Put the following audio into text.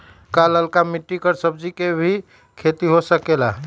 का लालका मिट्टी कर सब्जी के भी खेती हो सकेला?